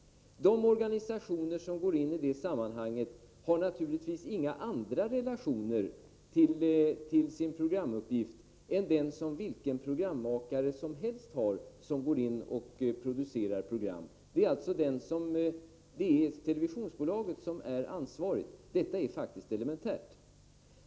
De organisationer som går in i det sammanhanget har naturligtvis inga andra relationer till sin programuppgift än den som vilken programmakare som helst har. Det är televisionsbolaget som är ansvarigt. Detta är faktiskt elementärt.